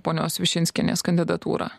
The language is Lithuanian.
ponios višinskienės kandidatūrą